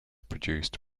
produced